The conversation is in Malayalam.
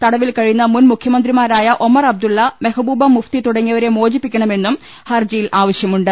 തടവിൽ കഴിയുന്ന മുൻമുഖ്യമന്ത്രിമാരായ ഒമർ അബ്ദുള്ള മെഹബൂബ മുഫ്തി തുടങ്ങിയവരെ മോചിപ്പിക്കണമെന്നും ഹർജിയിൽ ആവശ്യപ്പെട്ടിട്ടുണ്ട്